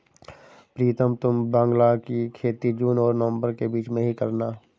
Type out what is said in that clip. प्रीतम तुम बांग्ला की खेती जून और नवंबर के बीच में ही करना